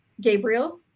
Gabriel